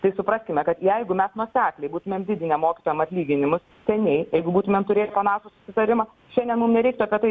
tai supraskime kad jeigu mes nuosekliai būtumėm didinę mokytojam atlyginimus seniai jeigu būtumėm turėję panašų susitarimą šiandien mum nereiktų apie tai